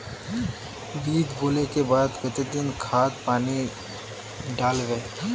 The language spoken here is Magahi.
बीज बोले के बाद केते दिन बाद खाद पानी दाल वे?